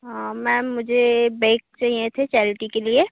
हाँ मैम मुझे बैग चाहिए थे चैरिटी के लिए